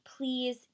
please